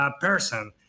person